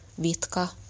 Vitka